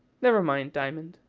never mind, diamond.